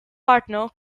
partner